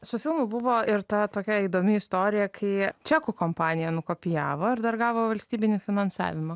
su filmu buvo ir ta tokia įdomi istorija kai čekų kompanija nukopijavo ir dar gavo valstybinį finansavimą